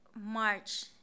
March